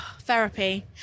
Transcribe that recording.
Therapy